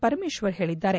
ಪರಮೇಶ್ವರ್ ಹೇಳದ್ದಾರೆ